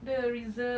the reserve